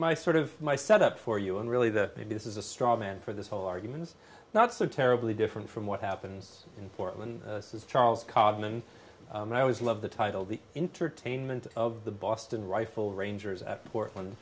my sort of my set up for you and really the maybe this is a straw man for this whole argument is not so terribly different from what happens in portland is charles cobb and i always love the title the entertainment of the boston rifle rangers at portland